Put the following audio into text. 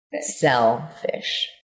Selfish